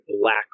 black